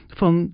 van